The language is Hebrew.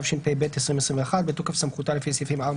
התשפ״ב 2021 בתוקף סמכותה לפי סעיפים 4,